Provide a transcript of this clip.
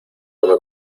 uno